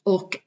Och